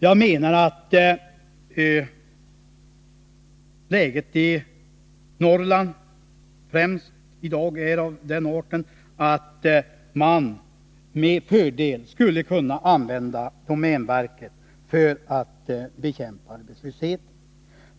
Jag menar att läget, främst i Norrland, i dag är av den arten att man med fördel skulle kunna gå via domänverket för att bekämpa arbetslösheten.